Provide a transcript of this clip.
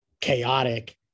chaotic